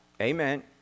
Amen